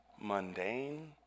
mundane